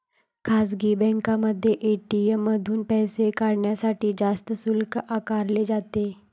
खासगी बँकांमध्ये ए.टी.एम मधून पैसे काढण्यासाठी जास्त शुल्क आकारले जाते